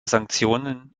sanktionen